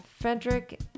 Frederick